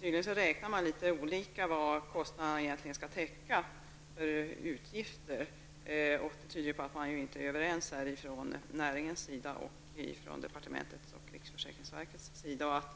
Tydligen räknar man litet olika när det gäller vilka avgifter kostnaderna egentligen skall täcka. Det tyder på att näringen å ena sidan och departementet och riksförsäkringsverket å andra sidan inte är överens.